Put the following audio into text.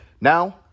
Now